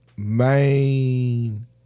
Main